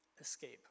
escape